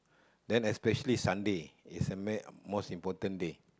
then especially Sunday is the may most important day